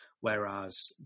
whereas